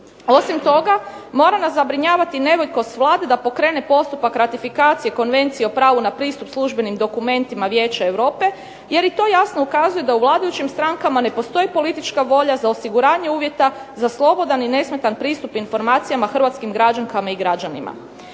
Osim toga mora nas zabrinjavati nevoljkost Vlade da pokrene postupak ratifikacije Konvencije o pravu na pristup službenim dokumentima Vijeća Europe, jer i to jasno ukazuje da u vladajućim strankama ne postoji politička volja za osiguravanje uvjeta za slobodan i nesmetan pristup informacijama hrvatskim građankama i građanima.